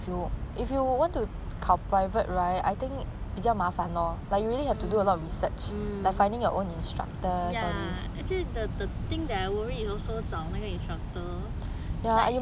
actually the thing the thing I worry also 也是找那个 instructor it's like